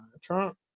Trump